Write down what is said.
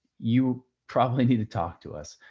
you probably need to talk to us,